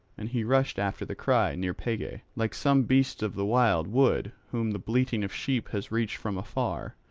and he rushed after the cry, near pegae, like some beast of the wild wood whom the bleating of sheep has reached from afar,